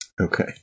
Okay